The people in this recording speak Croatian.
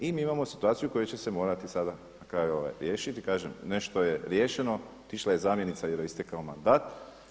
I mi imamo situaciju koja će se morati sada na kraju riješiti i kažem nešto je riješeno, otišla je zamjenica jer joj je istekao mandat.